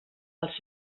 els